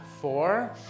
Four